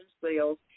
sales